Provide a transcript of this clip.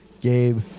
Gabe